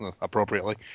appropriately